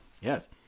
Yes